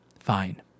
Fine